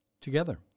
Together